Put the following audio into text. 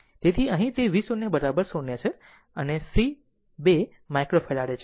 તેથી અહીં તે v 0 0છે અને c 2 માઇક્રોફેરાડે છે